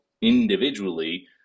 individually